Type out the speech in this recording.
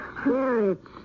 Spirits